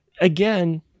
again